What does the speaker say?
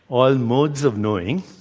all modes of knowing,